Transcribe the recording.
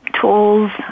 tools